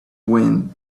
wind